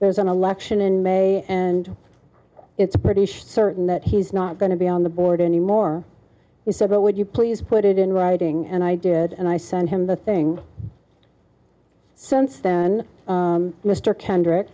there's an election in may and it's british certain that he's not going to be on the board any more he said but would you please put it in writing and i did and i sent him the thing since then mr kendr